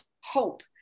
hope